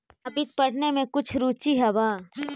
का वित्त पढ़ने में कुछ रुचि हवअ